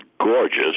gorgeous